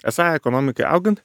esą ekonomikai augant